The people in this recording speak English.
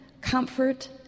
comfort